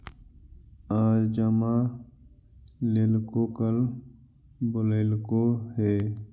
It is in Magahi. आज जमा लेलको कल बोलैलको हे?